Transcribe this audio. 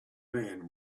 man